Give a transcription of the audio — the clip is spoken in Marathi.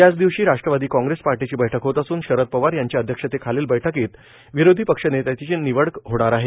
याच दिवशी राष्ट्रवादी काँग्रेस पार्टीची बैठक होत असून शरद पवार यांच्या अध्यक्षतेखालील बैठकीत विरोधी पक्षनेत्याची निवड होणार आहे